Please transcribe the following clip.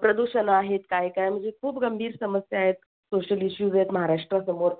प्रदूषण आहेत काय काय म्हणजे खूप गंभीर समस्या आहेत सोशल इश्यूज आहेत महाराष्ट्रासमोर